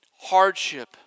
hardship